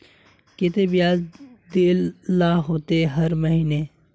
केते बियाज देल ला होते हर महीने?